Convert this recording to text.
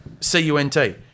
C-U-N-T